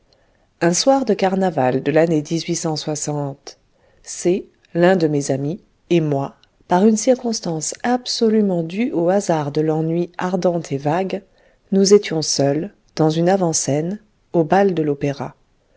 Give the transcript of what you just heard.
un soir de carnaval de lannée c l'un de mes amis et moi par une circonstance absolument due aux hasards de l'ennui ardent et vague nous étions seuls dans une avant scène au bal de l'opéra